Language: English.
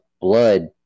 blood